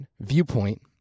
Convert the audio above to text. Viewpoint